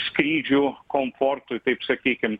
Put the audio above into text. skrydžių komfortui kaip sakykim